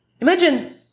imagine